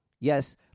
Yes